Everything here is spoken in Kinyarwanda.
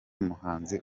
muhanzi